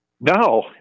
No